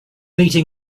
eating